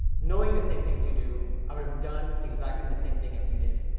knowing the same thing as you do, i would have done exactly the same thing as you did.